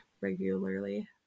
regularly